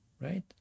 right